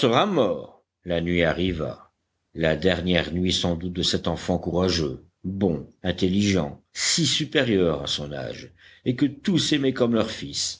mort la nuit arriva la dernière nuit sans doute de cet enfant courageux bon intelligent si supérieur à son âge et que tous aimaient comme leur fils